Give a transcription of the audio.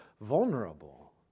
vulnerable